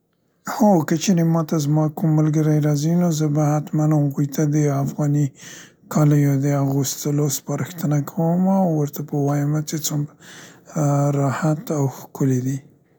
هو، که چیرې ماته زما کوم ملګری راځي نو زه به حتما هغوی ته د افغاني کالیو د اغوستولو سپارښتنه کومه او ورته به وایمه چې څوم ا راحت او ښکلي دي.